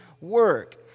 work